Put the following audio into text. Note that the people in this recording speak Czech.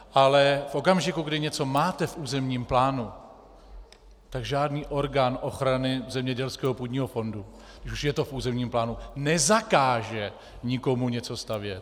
Ale v okamžiku, kdy něco máte v územním plánu, žádný orgán ochrany Zemědělského půdního fondu, když už je to v územním plánu, nezakáže nikomu něco stavět.